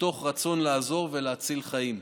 מתוך רצון לעזור ולהציל חיים.